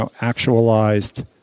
actualized